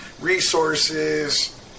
resources